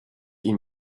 ihm